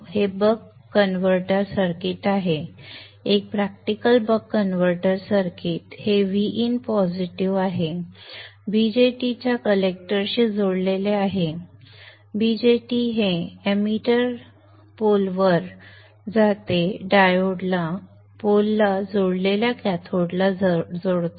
हे buck converter circuit आहे एक प्रॅक्टिकल बक कन्व्हर्टर सर्किट हे Vin पॉझिटिव्ह आहे BJT च्या कलेक्टरशी जोडलेले आहे BJT चे एमीटर वर जाते डायोड पोलला जोडलेल्या कॅथोडला जोडतो